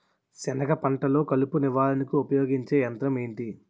సెనగ పంటలో కలుపు నివారణకు ఉపయోగించే యంత్రం ఏంటి?